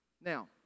Now